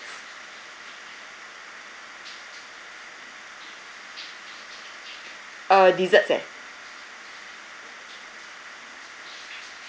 uh desserts eh